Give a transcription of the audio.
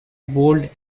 bold